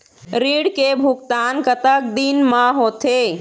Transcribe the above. ऋण के भुगतान कतक दिन म होथे?